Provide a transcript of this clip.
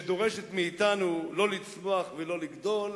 שדורשת מאתנו לא לצמוח ולא לגדול,